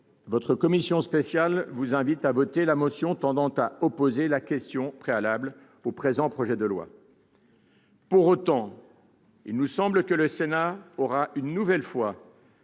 votre commission spéciale vous invite à voter la motion tendant à opposer la question préalable au présent projet de loi. Pour autant, il nous semble que le Sénat aura une nouvelle fois